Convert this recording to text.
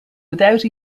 without